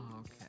okay